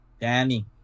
Danny